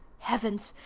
heavens!